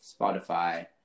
Spotify